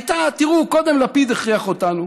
הייתה: תראו, קודם לפיד הכריח אותנו